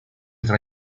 tra